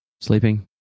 sleeping